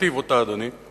תכתיב אותה, אדוני, הוא